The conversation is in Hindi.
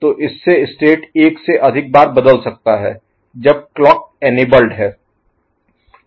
तो इससे स्टेट एक से अधिक बार बदल सकता है जब क्लॉक इनेबल्ड है